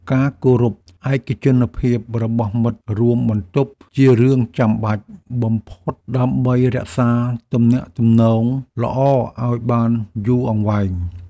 ការគោរពឯកជនភាពរបស់មិត្តរួមបន្ទប់ជារឿងចាំបាច់បំផុតដើម្បីរក្សាទំនាក់ទំនងល្អឱ្យបានយូរអង្វែង។